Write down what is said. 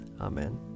Amen